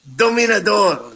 dominador